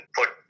put